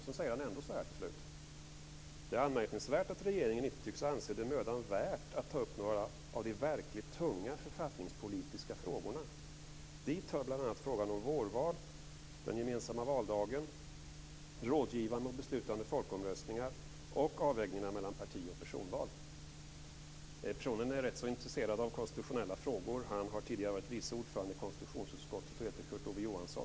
Sedan säger han ändå till slut att det är anmärkningsvärt att regeringen inte tycks anse det mödan värt att ta upp några av de verkligt tunga författningspolitiska frågorna. Dit hör bl.a. frågan om vårval, den gemensamma valdagen, rådgivande och beslutande folkomröstningar och avvägningarna mellan parti och personval. Personen är rätt så intresserad av konstitutionella frågor - han har tidigare varit vice ordförande i konstitutionsutskottet och heter Kurt Ove Johansson.